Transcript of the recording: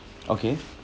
okay